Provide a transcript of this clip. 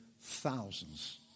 thousands